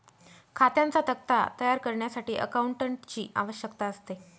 खात्यांचा तक्ता तयार करण्यासाठी अकाउंटंटची आवश्यकता असते